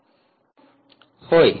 विद्यार्थी होय